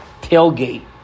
tailgate